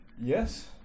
Yes